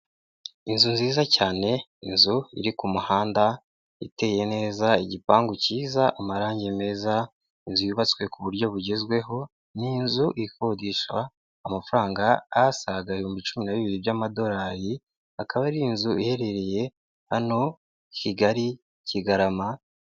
Inzu nziza cyane inzu iri ku muhanda iteye neza igipangu cyiza, amarangi meza, inzu yubatswe ku buryo bugezweho n'inzu ikodeshwa amafaranga ahasaga ibihumbi icumi na bibiri by'amadolari, akaba ari inzu iherereye hano Kigali Kigarama.